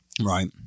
Right